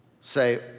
say